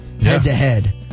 Head-to-head